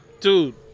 Dude